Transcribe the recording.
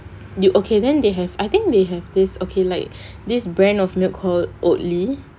you okay then they have I think they have this okay like this brand of milk called oatly